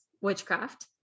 witchcraft